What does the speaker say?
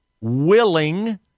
willing